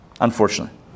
Unfortunately